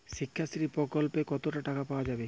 শিক্ষাশ্রী প্রকল্পে কতো টাকা পাওয়া যাবে?